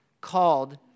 Called